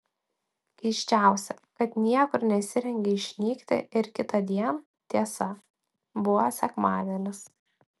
keisčiausia kad niekur nesirengė išnykti ir kitądien tiesa buvo sekmadienis